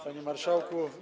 Panie Marszałku!